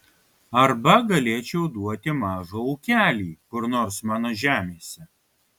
arba galėčiau duoti mažą ūkelį kur nors mano žemėse